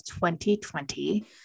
2020